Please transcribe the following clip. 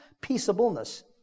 Peaceableness